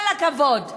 כל הכבוד.